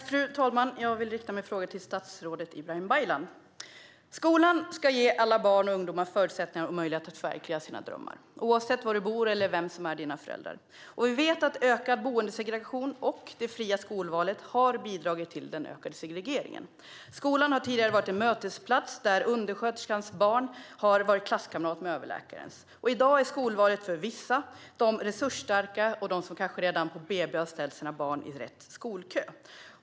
Fru talman! Jag vill rikta min fråga till statsrådet Ibrahim Baylan. Skolan ska ge alla barn och ungdomar förutsättningar och möjlighet att förverkliga sina drömmar oavsett var du bor eller vilka som är dina föräldrar. Vi vet att ökad boendesegregation och det fria skolvalet har bidragit till den ökade segregeringen. Skolan har tidigare varit en mötesplats där undersköterskans barn har varit klasskamrat med överläkarens. I dag är skolvalet för vissa, nämligen de resursstarka och de som kanske redan på BB har ställt sina barn i rätt skolkö.